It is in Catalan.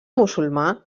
musulmà